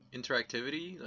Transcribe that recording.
interactivity